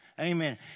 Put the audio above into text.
Amen